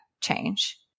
change